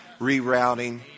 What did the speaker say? rerouting